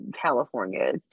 california